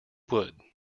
would